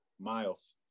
Miles